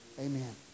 amen